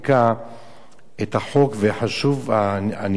את החוק, וחשוב הניסוח כפי שהוא כתוב: